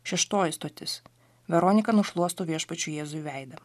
šeštoji stotis veronika nušluosto viešpačiui jėzui veidą